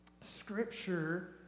Scripture